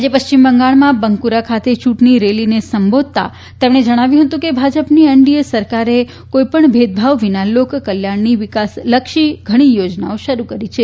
આજે પશ્ચિમ બંગાળમાં બંકુરા ખાતે ચૂંટણી રેલીને સંબોધતાં તેમણે જણાવ્યું હતું કે ભાજપની એનડીએ સરકારે કોઈપણ ભેદ ભાવ વીના લોક કલ્યાણની વિકાસલક્ષી ઘણી યોજનાઓ શરૂ કરી છે